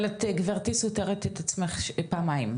אבל גברתי את סותרת את עצמך פעמיים.